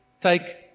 take